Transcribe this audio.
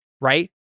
right